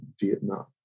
Vietnam